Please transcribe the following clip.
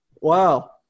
Wow